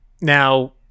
Now